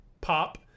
pop